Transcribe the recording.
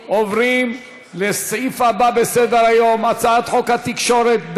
חוק מעמדן של ההסתדרות הציונית העולמית